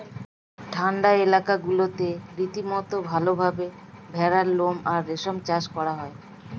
ঠান্ডা এলাকাগুলোতে রীতিমতো ভালভাবে ভেড়ার লোম আর রেশম চাষ করা হয়